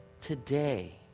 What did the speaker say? today